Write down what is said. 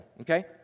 Okay